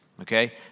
okay